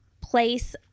place